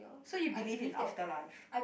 so you believe in after life